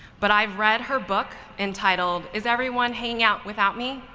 but i've read her book, entitled is everyone hanging out without me.